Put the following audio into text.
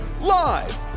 live